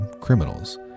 criminals